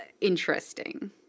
interesting